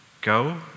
Go